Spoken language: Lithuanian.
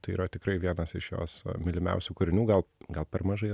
tai yra tikrai vienas iš jos mylimiausių kūrinių gal gal per mažai